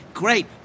Great